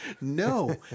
No